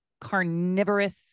carnivorous